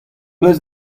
eus